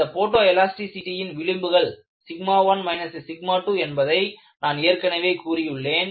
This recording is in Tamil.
அந்த போட்டோ எலாஸ்டிசிடியின் விளிம்புகள் 1 2என்பதை நான் ஏற்கனவே கூறியுள்ளேன்